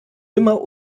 immer